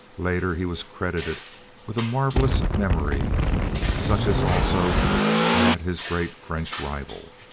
later, he was credited with a marvellous memory such as also had his great french rival.